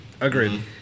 Agreed